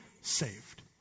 saved